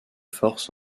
force